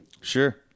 Sure